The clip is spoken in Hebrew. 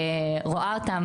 רואה אותם,